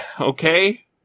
Okay